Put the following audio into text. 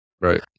Right